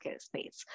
space